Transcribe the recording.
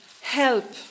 help